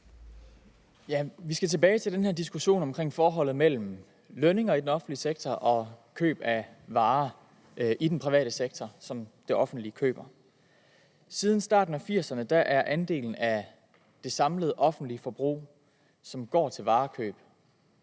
Vi skal tilbage til den her diskussion om forholdet mellem lønninger i den offentlige sektor og køb af varer i den private sektor, som det offentlige køber. Siden starten af 1980'erne er andelen af det samlede offentlige forbrug, som går til varekøb,